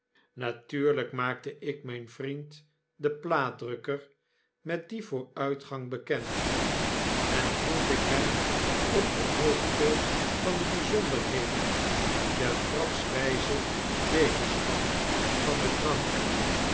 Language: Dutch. maakte ik myn vriend den plaatdrukker met dien vooruitgang bekend en hield ik hem op de hoogte van de bijzonderheden der trapswyze beterschap van den kranke